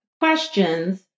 questions